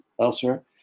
elsewhere